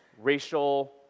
racial